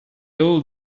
old